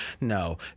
No